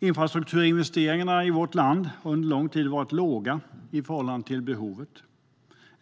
Infrastrukturinvesteringarna i vårt land har under lång tid varit låga i förhållande till behovet.